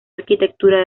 arquitectura